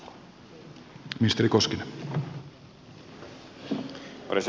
arvoisa herra puhemies